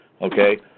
okay